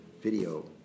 video